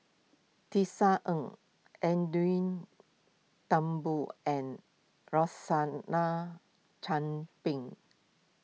Tisa Ng Edwin Thumboo and Rosaline Chan Ping